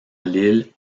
lille